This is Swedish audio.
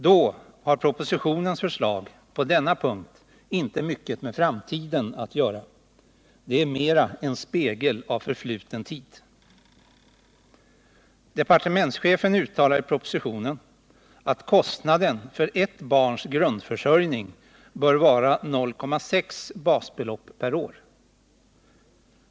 Då har propositionens förslag på denna punkt inte mycket med framtiden att göra. Det är mera en spegel av förfluten tid. Departementschefen uttalar i propositionen att kostnaden för ett barns grundförsörjning bör vara 0,6 basbelopp per år.